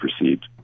received